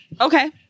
Okay